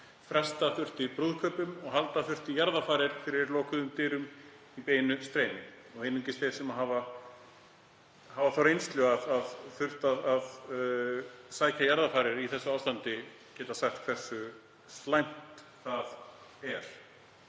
Fresta þurfti brúðkaupum og halda þurfti jarðarfarir fyrir lokuðum dyrum í beinu streymi. Einungis þeir sem hafa þá reynslu að hafa þurft að sækja jarðarfarir í þessu ástandi geta sagt hversu slæmt það er,